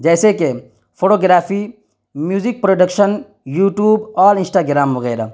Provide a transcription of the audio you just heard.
جیسے کہ photography music production YouTube اور انسٹاگرام وغیرہ